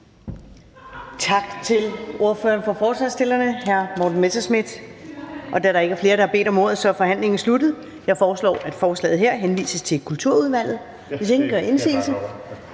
Tak til ordføreren for forslagsstillerne, hr. Morten Messerschmidt. Da der ikke er flere, der har bedt om ordet, er forhandlingen sluttet. Jeg foreslår, at forslaget til folketingsbeslutning henvises til Kulturudvalget. Hvis ingen gør indsigelse,